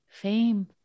fame